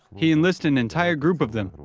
he enlists an entire group of them.